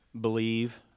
believe